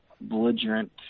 belligerent